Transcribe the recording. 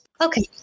Okay